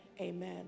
Amen